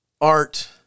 art